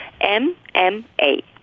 M-M-A